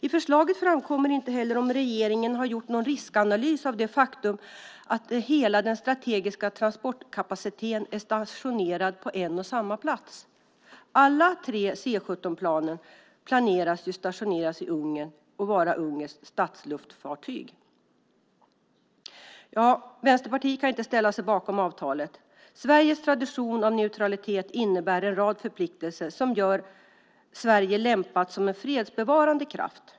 I förslaget framkommer det inte heller om regeringen har gjort någon riskanalys av det faktum att hela den strategiska transportkapaciteten är stationerad på en och samma plats. Alla tre C 17-planen planeras ju stationeras i Ungern och vara ungerska statsluftfartyg. Vänsterpartiet kan inte ställa sig bakom avtalet. Sveriges tradition av neutralitet innebär en rad förpliktelser som gör Sverige lämpat som en fredsbevarande kraft.